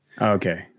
Okay